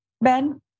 Ben